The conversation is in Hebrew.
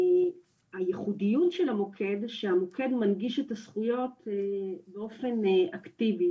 הייחודיות של המוקד הוא שהמוקד מנגיש את הזכויות באופן אקטיבי,